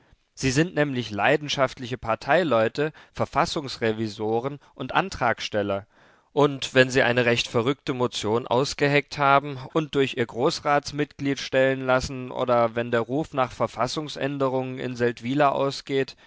sie sind nämlich leidenschaftliche parteileute verfassungsrevisoren und antragsteller und wenn sie eine recht verrückte motion ausgeheckt haben und durch ihr großratsmitglied stellen lassen oder wenn der ruf nach verfassungsänderung in seldwyla ausgeht